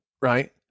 right